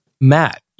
Matt